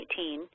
2018